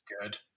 good